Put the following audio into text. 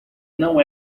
não